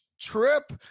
trip